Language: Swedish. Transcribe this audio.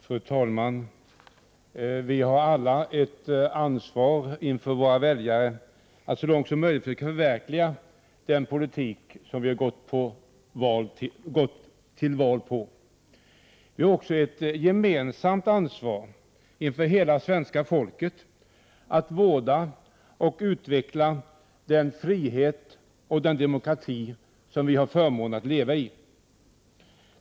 Fru talman! Vi har alla ett ansvar inför våra väljare att så långt som möjligt förverkliga den politik som vi gått till val på. Det är också ett gemensamt ansvar inför hela svenska folket att vårda och utveckla den frihet och den demokrati som vi har förmånen att leva i.